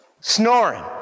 snoring